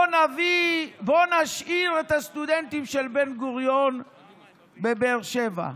בוא נשאיר את הסטודנטים של בן-גוריון בבאר שבע,